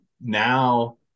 now